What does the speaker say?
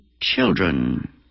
children